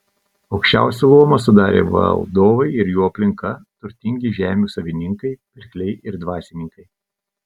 aukščiausią luomą sudarė valdovai ir jų aplinka turtingi žemių savininkai pirkliai ir dvasininkai